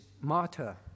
martyr